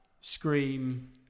scream